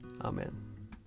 Amen